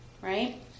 Right